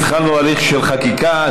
התחלנו הליך של חקיקה.